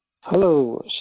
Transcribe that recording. Hello